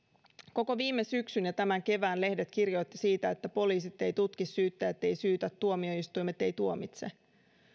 koko viime syksyn ja tämän kevään lehdet kirjoittivat siitä että poliisit eivät tutki syyttäjät eivät syytä tuomioistuimet eivät tuomitse